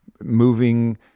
moving